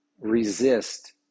resist